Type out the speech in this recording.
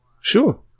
Sure